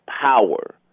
power